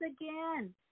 again